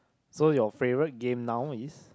so your favourite game now is